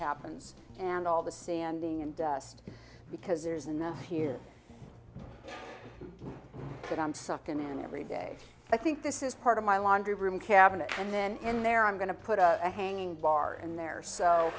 happens and all the standing and dust because there's enough here that i'm sucked in and every day i think this is part of my laundry room cabinet and then in there i'm going to put a hanging bar in there so